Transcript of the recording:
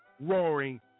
roaring